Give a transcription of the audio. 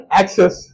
access